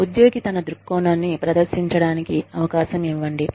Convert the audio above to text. ఉద్యోగి తన దృక్కోణాన్ని ప్రదర్శించడానికి అవకాశం ఇవ్వండి